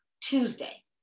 Tuesday